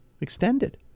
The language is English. extended